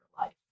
life